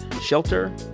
shelter